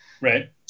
Right